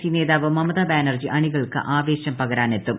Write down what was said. C നേതാവ് മമതാ ബാനർജി അണികൾക്ക് ആവേശം പകരാനെത്തും